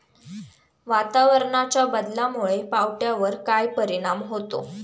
वातावरणाच्या बदलामुळे पावट्यावर काय परिणाम होतो?